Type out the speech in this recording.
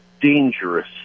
dangerous